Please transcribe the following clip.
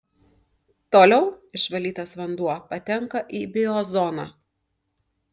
toliau išvalytas vanduo patenka į biozoną